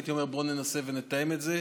הייתי אומר: בוא ננסה לתאם את זה,